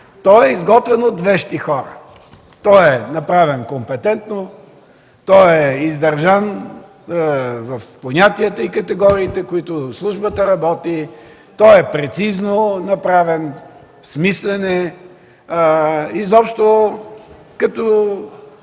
той е изготвен от вещи хора. Той е направен компетентно, той е издържан в понятията и категориите, с които службата работи, той е прецизно направен, смислен е. Изобщо, като